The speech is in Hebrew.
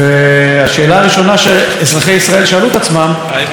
עצמם: ממתי אסירים ביטחוניים זכאים לשליש?